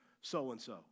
so-and-so